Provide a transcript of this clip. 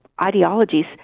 ideologies